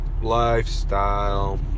lifestyle